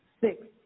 six